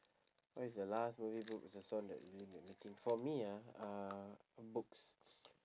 what is the last movie book or the song that really make me think for me ah uh books